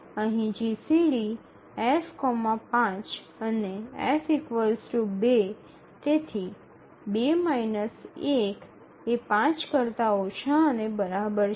અહીં GCD F ૫ અને F ૨ તેથી ૨ ૧ ≤ ૫